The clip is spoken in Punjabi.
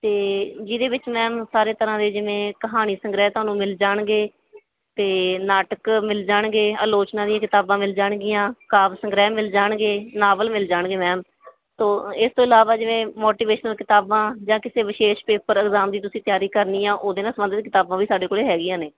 ਤੇ ਜਿਹਦੇ ਵਿੱਚ ਮੈਮ ਸਾਰੇ ਤਰ੍ਹਾਂ ਦੇ ਜਿਵੇਂ ਕਹਾਣੀ ਸੰਗ੍ਰਹਿ ਤੁਹਾਨੂੰ ਮਿਲ ਜਾਣਗੇ ਅਤੇ ਨਾਟਕ ਮਿਲ ਜਾਣਗੇ ਆਲੋਚਨਾ ਦੀਆਂ ਕਿਤਾਬਾਂ ਮਿਲ ਜਾਣਗੀਆਂ ਕਾਵ ਸੰਗ੍ਰਹਿ ਮਿਲ ਜਾਣਗੇ ਨਾਵਲ ਮਿਲ ਜਾਣਗੇ ਮੈਮ ਤੋ ਅਂ ਇਸ ਤੋਂ ਇਲਾਵਾ ਜਿਵੇਂ ਮੋਟੀਵੇਸ਼ਨਲ ਕਿਤਾਬਾਂ ਜਾਂ ਕਿਸੇ ਵਿਸ਼ੇਸ਼ ਪੇਪਰ ਅਗਜ਼ਾਮ ਦੀ ਤੁਸੀਂ ਤਿਆਰੀ ਕਰਨੀ ਆ ਉਹਦੇ ਨਾਲ ਸੰਬੰਧਿਤ ਕਿਤਾਬਾਂ ਵੀ ਸਾਡੇ ਕੋਲ ਹੈਗੀਆਂ ਨੇ